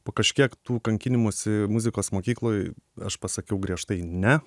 po kažkiek tų kankinimosi muzikos mokykloj aš pasakiau griežtai ne